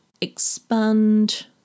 expand